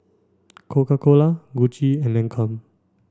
Coca Cola Gucci and Lancome